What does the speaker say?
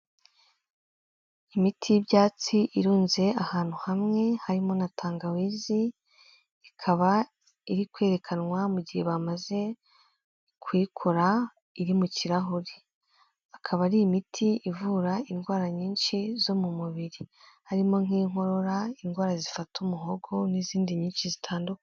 Imiti y'ibyatsi irunze ahantu hamwe harimo na tangawizi, ikaba iri kwerekanwa mu gihe bamaze kuyikura iri mu kirahure. Ikaba ari imiti ivura indwara nyinshi zo mu mubiri, harimo nk'inkorora, indwara zifata umuhogo n'izindi nyinshi zitandukanye.